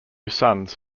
sons